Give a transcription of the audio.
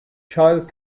child